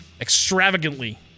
extravagantly